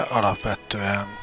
alapvetően